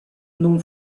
non